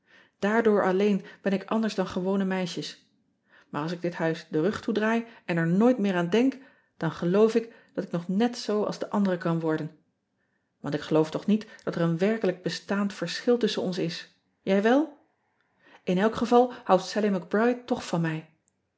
aardoor alleen ben ik anders dan gewone meisjes maar als ik dit huis den rug toe draai en er nooit meer aan denk dan geloof ik dat ik nog net zoo als de ean ebster adertje angbeen anderen kan worden ant ik geloof toch niet dat or een werkelijk bestaand verschil tusschen ons is ij wel n elk geval houdt allie c ride toch van mij